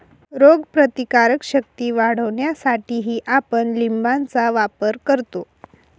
रोगप्रतिकारक शक्ती वाढवण्यासाठीही आपण लिंबाचा वापर करतो